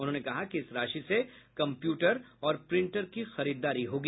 उन्होंने कहा कि इस राशि से कम्प्यूटर और प्रिंटर की खरीददारी होगी